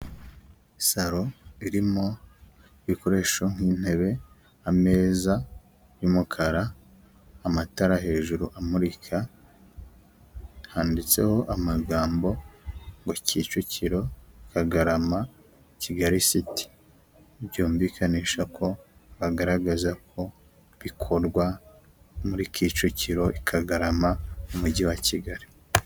Saro irimo bikoresho nk'intebe, ameza y'umukara, amatara hejuru amurika, handitseho amagambo ngo Kicukiro, Kagarama, Kigali siti. Byumvikanisha ko bagaragaza ko bikorwa muri Kicukiro i Kagarama mu mujyi wa Kigali.